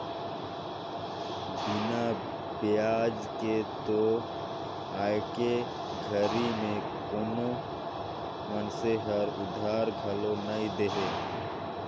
बिना बियाज के तो आयके घरी में कोनो मइनसे हर उधारी घलो नइ दे